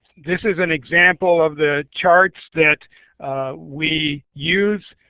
this is an example of the charts that we use.